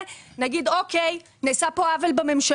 יש בישראל כחצי מיליון משפחות שנמצאות של אי ביטחון תזונתי.